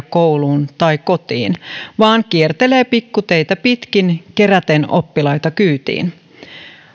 kouluun tai kotiin vaan kiertelee pikkuteitä pitkin keräten oppilaita kyytiin